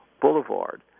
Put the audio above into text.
boulevard